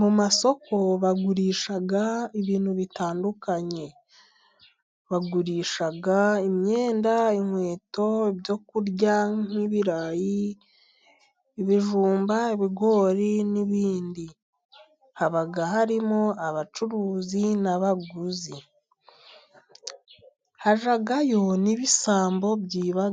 Mu masoko bagurisha ibintu bitandukanye. Bagurishaga imyenda, inkweto, ibyo kurya nk' ibirayi, ibijumba, ibigori n'ibindi, haba harimo abacuruzi n'abaguzi, hajyayo n'ibisambo byiba